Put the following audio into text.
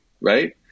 right